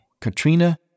Katrina